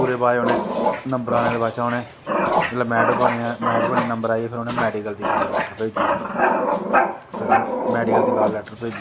ओह्दे बाद च उनैं नंबरें दे बाद च उनैं जिसलै नंबर आया मैरिट बनियै ते फिर उनैं मैडिकल दी कॉल लैट्टर भेजी ओड़ी फिर उनैं मैडिकल दी कॉल लैट्टर भेजी